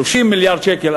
30 מיליארד שקלים,